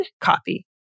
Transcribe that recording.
copy